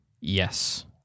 Yes